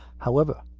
however,